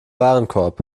warenkorb